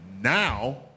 Now